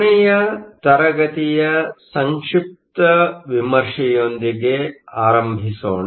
ಕೊನೆಯ ತರಗತಿಯ ಸಂಕ್ಷಿಪ್ತ ವಿಮರ್ಶೆಯೊಂದಿಗೆ ಆರಂಭಿಸೋಣ